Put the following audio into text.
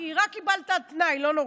כי קיבלת רק על תנאי,